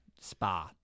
Spa